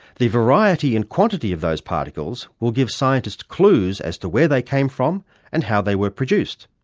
the variety and quantity of those particles will give scientists clues as to where they came from and how they were produced.